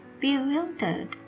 Bewildered